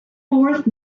fourth